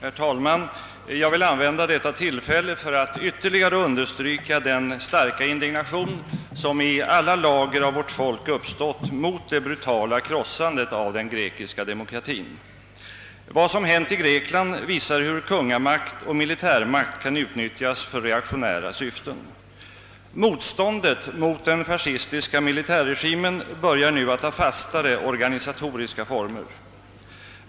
Herr talman! Jag vill använda detta tillfälle för att ytterligare understryka den starka indignation, som i alla lager av vårt folk uppstått mot det brutala krossandet av den grekiska demokratin. Vad som hänt i Grekland visar hur kungamakt och militärmakt kan utnyttjas för reaktionära syften. Motståndet mot den fascistiska militärregimen börjar nu att ta fastare organisatoriska former.